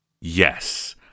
Yes